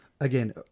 again